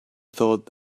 thought